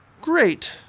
Great